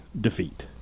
defeat